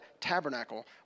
tabernacle